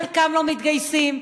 חלקם לא מתגייסים,